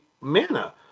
mana